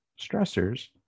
stressors